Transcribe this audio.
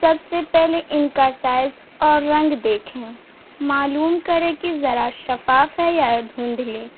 سب سے پہلے ان کا سائز اور رنگ دیکھیں معلوم کرے کہ ذرا شفاف ہے یا دھوندھلے